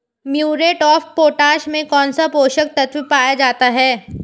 Muriate of potash में कौन सा पोषक तत्व पाया जाता है?